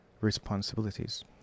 Responsibilities